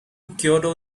kyoto